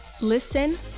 Listen